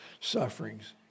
sufferings